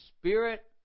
Spirit